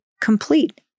complete